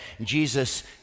Jesus